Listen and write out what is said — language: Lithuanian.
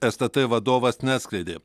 stt vadovas neatskleidė